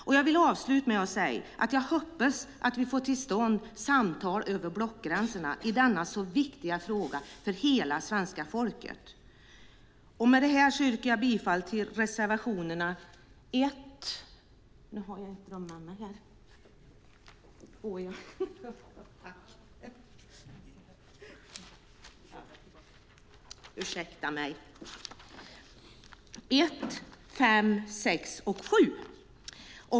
Avslutningsvis vill jag säga att jag hoppas att vi i denna för hela svenska folket så viktiga fråga får till stånd samtal över blockgränserna. Med detta yrkar jag bifall till reservationerna 1, 5, 6 och 7.